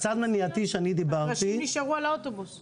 הקרשים נשארו על האוטובוס.